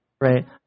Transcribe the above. Right